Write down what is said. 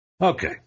Okay